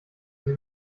sie